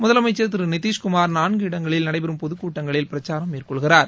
முதலமைச்சள் திரு நிதிஷ்குமார் நான்கு இடங்களில் நடடபெறும் பொதுக்கூட்டங்களில் பிரசாரம் மேற்கொள்கிறார்